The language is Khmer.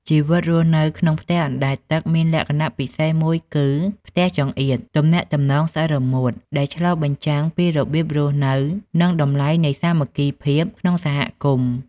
ជីវិតរស់នៅក្នុងផ្ទះអណ្ដែតទឹកមានលក្ខណៈពិសេសមួយគឺ "ផ្ទះចង្អៀត ទំនាក់ទំនងស្អិតរមួត" ដែលឆ្លុះបញ្ចាំងពីរបៀបរស់នៅ និងតម្លៃនៃសាមគ្គីភាពក្នុងសហគមន៍។